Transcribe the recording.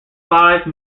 five